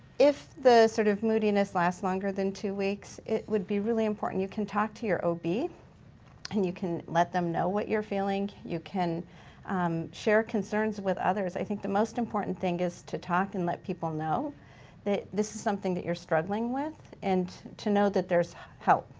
if the sort of moodiness lasts longer than two weeks, it would be really important, you can talk to your ob and you can let them know what you're feeling. you can share concerns with others. i think the most important thing is to talk and let people know that this is something that you're struggling with and to know that there's help.